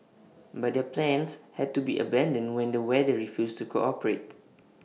but their plans had to be abandoned when the weather refused to cooperate